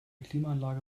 klimaanlage